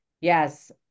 yes